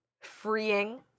freeing